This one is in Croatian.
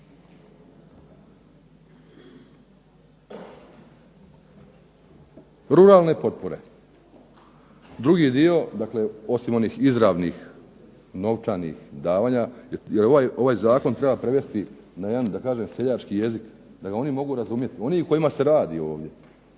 Ruralne potpore. Drugi dio, dakle osim onih izravnih novčanih davanja jer ovaj zakon treba prevesti na jedan, da kažem, seljački jezik da ga oni mogu razumjeti, oni o kojima se radi ovdje.